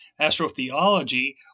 astrotheology